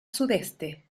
sudeste